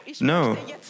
No